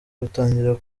batangira